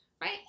right